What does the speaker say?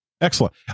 Excellent